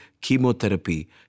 chemotherapy